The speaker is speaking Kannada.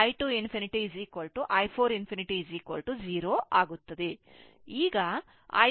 ಆದ್ದರಿಂದ i 2 ∞ i 4 ∞ 0 ಆಗುತ್ತದೆ